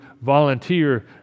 volunteer